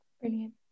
Brilliant